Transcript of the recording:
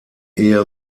ehe